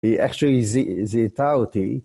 ‫היא איכשהו זיהתה אותי.